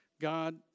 God